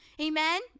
amen